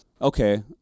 Okay